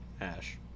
Ash